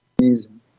Amazing